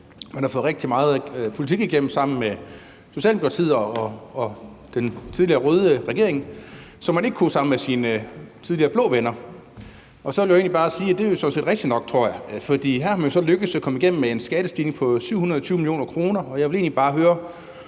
man har fået rigtig meget politik igennem sammen med Socialdemokratiet og den tidligere røde regering, som man ikke kunne sammen med sine tidligere blå venner. Og så vil jeg egentlig bare sige, at det sådan set er rigtigt nok, tror jeg – for her er det lykkedes at komme igennem med en skattestigning på 720 mio. kr. Jeg vil egentlig bare høre,